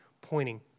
pointing